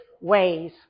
ways